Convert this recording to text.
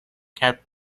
kept